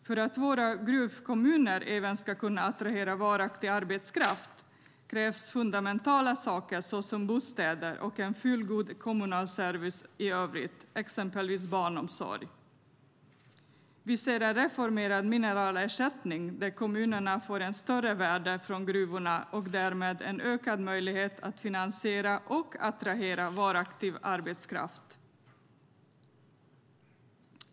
För att våra gruvkommuner även ska kunna attrahera varaktig arbetskraft krävs fundamentala saker såsom bostäder och en fullgod kommunal service i övrigt, exempelvis barnomsorg. Vi ser en reformerad mineralersättning där kommunerna får ett större värde från gruvorna och därmed en ökad möjlighet att finansiera och attrahera varaktig arbetskraft.